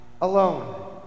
alone